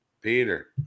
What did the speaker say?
peter